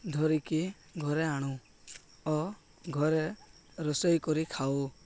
ଧରିକି ଘରେ ଆଣୁ ଓ ଘରେ ରୋଷେଇ କରି ଖାଉ